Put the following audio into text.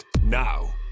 Now